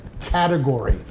category